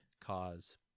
cause